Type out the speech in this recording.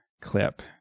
clip